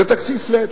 זה קיצוץ flat.